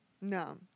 No